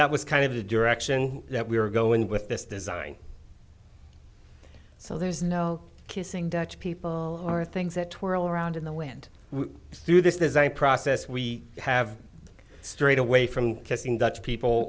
that was kind of the direction that we were going with this design so there's no kissing dutch people are things that twirl around in the wind through this design process we have strayed away from kissing dutch people